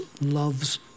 loves